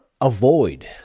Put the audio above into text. avoid